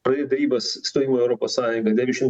pradėt derybas stojimo į europos sąjungą devyndešim